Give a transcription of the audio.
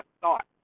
thought